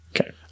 Okay